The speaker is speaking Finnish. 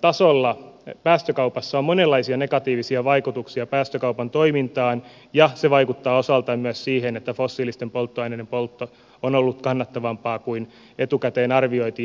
tasolla päästökaupassa on monenlaisia negatiivisia vaikutuksia päästökaupan toimintaan ja se vaikuttaa osaltaan myös siihen että fossiilisten polttoaineiden poltto on ollut kannattavampaa kuin etukäteen arvioitiin